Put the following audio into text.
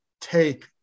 take